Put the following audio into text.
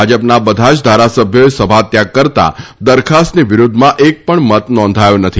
ભાજપના બધા જ ધારાસભ્યોએ સભાત્યાગ કરતા દરખાસ્તની વિરૂદ્વમાં એક પણ મત નોંધાયો નથી